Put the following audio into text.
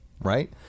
right